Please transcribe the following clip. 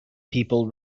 people